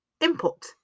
input